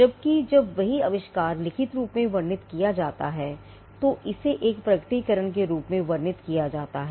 जबकि जब वही आविष्कार लिखित रूप में वर्णित किया जाता है तो इसे एक प्रकटीकरण के रूप में वर्णित किया जाता है